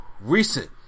recent